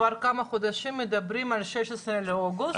כבר כמה חודשים מדברים על 16 באוגוסט